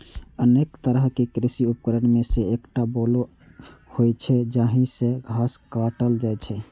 अनेक तरहक कृषि उपकरण मे सं एकटा बोलो होइ छै, जाहि सं घास काटल जाइ छै